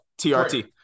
TRT